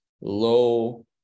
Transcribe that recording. low